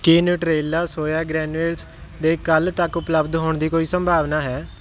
ਕੀ Nutrela soya granules ਦੇ ਕੱਲ੍ਹ ਤੱਕ ਉਪਲੱਬਧ ਹੋਣ ਦੀ ਕੋਈ ਸੰਭਾਵਨਾ ਹੈ